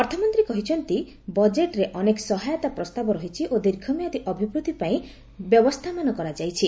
ଅର୍ଥମନ୍ତୀ କହିଛନ୍ତି ବଜେଟ୍ରେ ଅନେକ ସହାୟତା ପ୍ରସ୍ତାବ ରହିଛି ଓ ଦୀର୍ଘ ମିଆଦୀ ଅଭିବୃଦ୍ଧି ପାଇଁ ବ୍ୟବସ୍ଥାମାନ କରାଯାଇଛି